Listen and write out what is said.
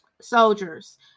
soldiers